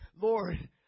Lord